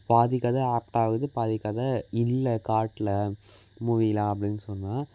பாதி கதை ஆப்ட்டாகுது பாதி கதை இல்லை காட்டில மூவியில அப்படின்னு சொன்னான்